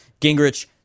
Gingrich